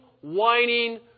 whining